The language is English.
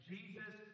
Jesus